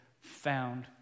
found